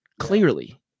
clearly